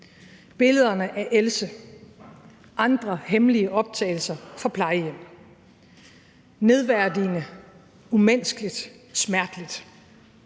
billederne af Else og andre hemmelige optagelser fra plejehjem – nedværdigende, umenneskeligt og smerteligt.